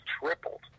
tripled